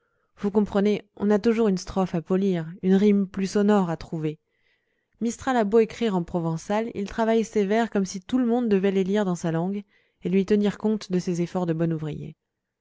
vous comprenez on a toujours une strophe à polir une rime plus sonore à trouver mistral a beau écrire en provençal il travaille ses vers comme si tout le monde devait les lire dans la langue et lui tenir compte de ses efforts de bon ouvrier